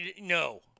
No